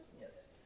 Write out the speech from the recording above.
Yes